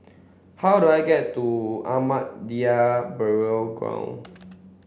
how do I get to Ahmadiyya Burial Ground